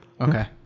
Okay